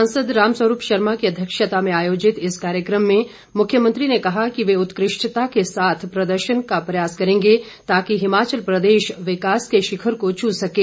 सांसद रामस्वरूप शर्मा की अध्यक्षता में आयोजित इस कार्यक्रम में मुख्यमंत्री ने कहा कि वे उत्कृष्टता के साथ प्रदर्शन का प्रयास करेंगे ताकि हिमाचल प्रदेश विकास के शिखर को छू सकें